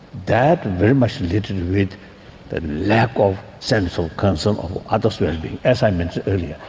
that very much related with lack of sense of concern of others' wellbeing, as i mentioned earlier.